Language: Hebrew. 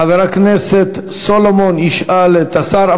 חבר הכנסת סולומון ישאל את השר.